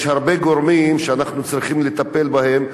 יש הרבה גורמים שאנחנו צריכים לטפל בהם.